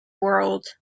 world